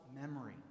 memory